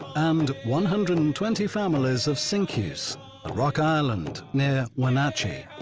and, one hundred and twenty families of sinkause, at rock island near wenatchee.